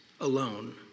alone